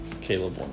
Caleb